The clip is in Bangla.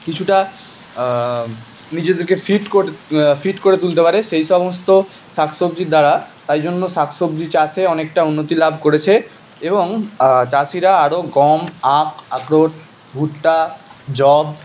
কিছুটা নিজেদেরকে ফিট কর ফিট করে তুলতে পারে সেই সমস্ত শাকসবজির দ্বারা তাই জন্য শাকসবজি চাষে অনেকটা উন্নতি লাভ করেছে এবং চাষিরা আরও গম আখ আখরোট ভুট্টা যব